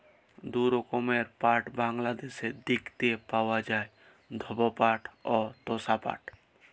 দু রকমের পাট বাংলাদ্যাশে দ্যাইখতে পাউয়া যায়, ধব পাট অ তসা পাট